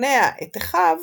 שכנע את אחיו